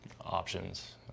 options